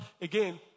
Again